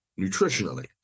nutritionally